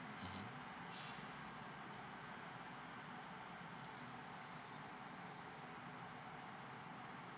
mmhmm